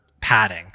padding